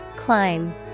Climb